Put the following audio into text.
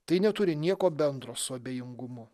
tai neturi nieko bendro su abejingumu